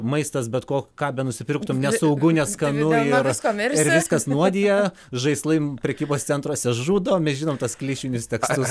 maistas bet ko ką nusipirktumei nesaugu neskanu ir ir viskas nuodija žaislai prekybos centruose žudo mes žinom tuos klišinius tekstus